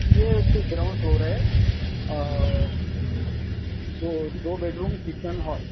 یہ اس کی گراؤنڈ فلور ہے دو دو بیڈ روم کچن ہال